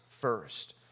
first